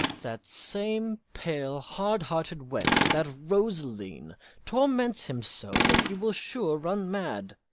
that same pale hard-hearted wench, that rosaline, torments him so that he will sure run mad.